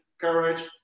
courage